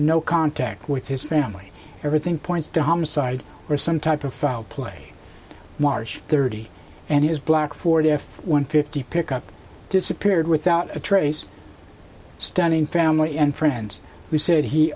no contact with his family everything points to homicide or some type of foul play marsh thirty and his black ford f one fifty pickup disappeared without a trace standing family and friends who said he